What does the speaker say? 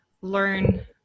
learn